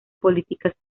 políticas